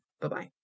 Bye-bye